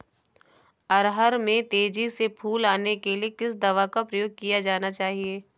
अरहर में तेजी से फूल आने के लिए किस दवा का प्रयोग किया जाना चाहिए?